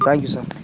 thank you sir